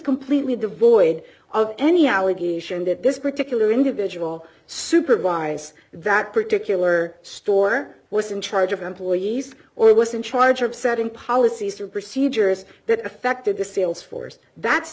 completely devoid of any allegation that this particular individual supervise that particular store was in charge of employees or was in charge of setting policies or procedures that affected the sales force that